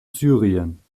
syrien